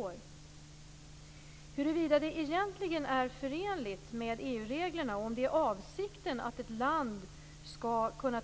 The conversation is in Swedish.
Peter Weibull Bernström frågade huruvida det egentligen är förenligt med EU-reglerna, och om det är avsikten, att ett land